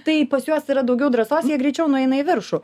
tai pas juos yra daugiau drąsos jie greičiau nueina į viršų